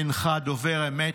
אינך דובר אמת.